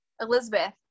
Elizabeth